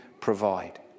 provide